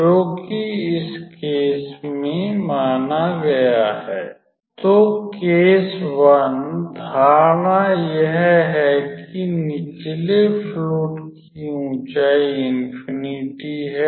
जोकि इस केस में माना गया है तो केस 1 धारणा यह है कि निचले फ्लुइड की ऊंचाई इन्फ़िनिटि है